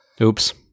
Oops